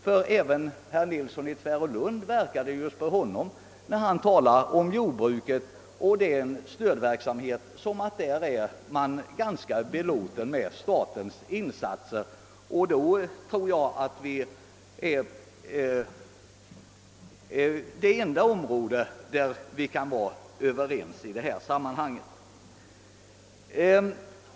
När herr Nilsson i Tvärålund talar om jordbruket och stödverksamheten till detta, verkar det som om han vore ganska belåten med statens insatser. Det är förmodligen det enda område i fråga om vilket vi kan vara överens i detta sammanhang.